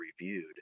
reviewed